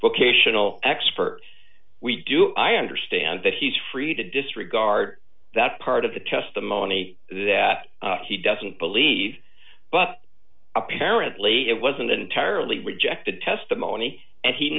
vocational expert we do i understand that he's free to disregard that part of the testimony that he doesn't believe but apparently it wasn't entirely rejected testimony and he